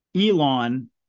Elon